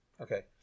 Okay